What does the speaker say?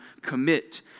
commit